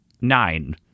Nine